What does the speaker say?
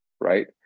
right